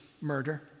murder